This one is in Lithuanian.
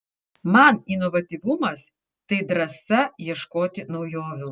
man inovatyvumas tai drąsa ieškoti naujovių